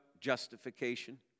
justification